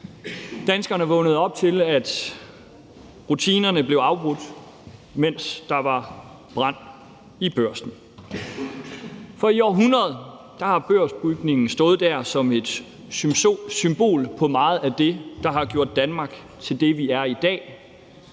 danskerne vågnede op til, at rutinerne blev afbrudt, mens der var brand i Børsen. For i århundreder har børsbygningen stået der som et symbol på meget af det, der har gjort Danmark til det, vi er i dag,